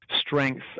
strength